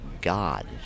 god